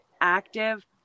active